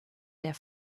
der